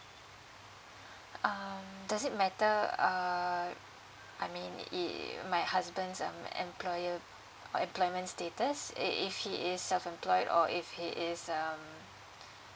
um does it matter err I mean if my husband's um employer uh employment status if if he's self employed or if he is um